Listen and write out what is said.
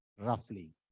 roughly